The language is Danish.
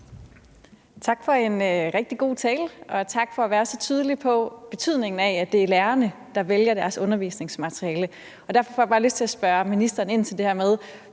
Tak for en rigtig god tale, og tak for at være så tydelig om betydningen af, at det er lærerne, der vælger deres undervisningsmateriale. Derfor får jeg bare lyst til at spørge ministeren ind til det her med,